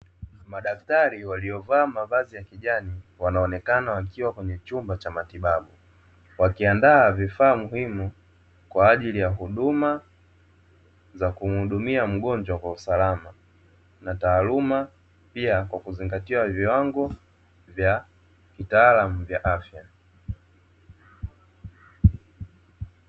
Madaktari waliovaa mavazi ya kijani wanaonekana wakiwa kwenye chumba cha matibabu. Wakiandaa vifaa muhimu kwa ajili ya huduma za kumuhudumia mgonjwa kwa usalama na taaluma, pia kwa kuzingatia viwango vya kitaalamu vya afya.